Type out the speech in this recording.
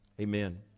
Amen